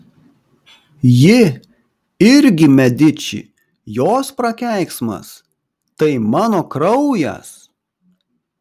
ji irgi mediči jos prakeiksmas tai mano kraujas